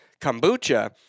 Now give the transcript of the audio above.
Kombucha